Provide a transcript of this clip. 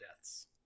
deaths